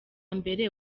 mbere